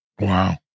Wow